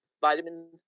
vitamin